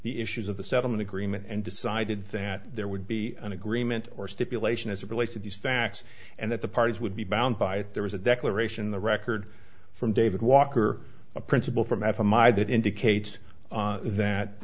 the issues of the settlement agreement and decided that there would be an agreement or stipulation as it relates to these facts and that the parties would be bound by it there was a declaration the record from david walker a principle from f m i that indicates that that